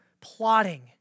plotting